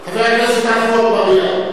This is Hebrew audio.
חבר הכנסת עפו אגבאריה.